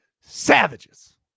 savages